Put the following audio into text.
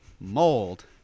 Mold